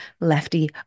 Lefty